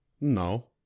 No